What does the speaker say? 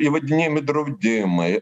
įvadinėjami draudimai